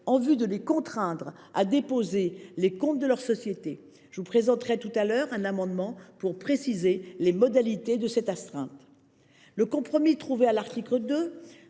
en vue de les contraindre à déposer les comptes de leur société. Je vous présenterai un amendement visant à préciser les modalités de cette astreinte. Les compromis trouvés à l’article 2